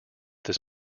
this